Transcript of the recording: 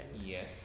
Yes